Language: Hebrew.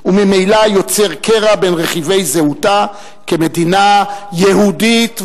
וממילא יוצר קרע בין רכיבי זהותה כמדינה יהודית ודמוקרטית.